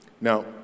Now